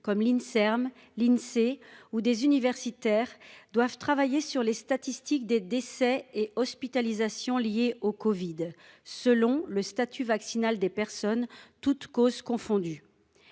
(Inserm), ainsi que des universitaires doivent travailler sur les statistiques des décès et des hospitalisations liés au covid-19 selon le statut vaccinal des personnes, toutes causes confondues.